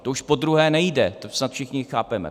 To už podruhé nejde, to snad všichni chápeme.